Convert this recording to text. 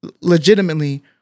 legitimately